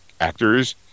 actors